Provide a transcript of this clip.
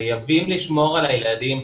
חייבים לשמור על הילדים,